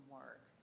work